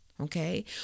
Okay